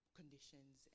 conditions